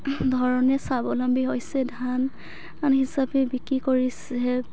ধৰণে স্বাৱলম্বী হৈছে ধান হিচাপে বিক্ৰী কৰিছে